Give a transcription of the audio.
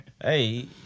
Hey